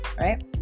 Right